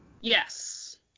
Yes